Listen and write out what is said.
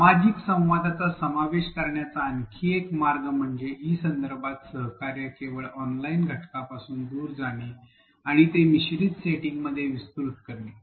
सामाजिक संवादाचा समावेश करण्याचा आणखी एक मार्ग म्हणजे ई संदर्भात सहकार्य केवळ ऑनलाइन घटकापासून दूर जाणे आणि ते मिश्रित सेटिंगमध्ये विस्तृत करणे